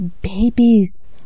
babies